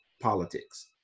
politics